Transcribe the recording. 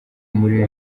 muri